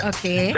Okay